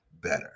better